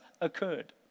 occurred